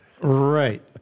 Right